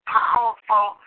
powerful